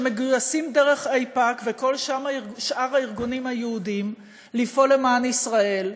שמגויסים דרך איפא"ק וכל שאר הארגונים היהודיים לפעול למען ישראל,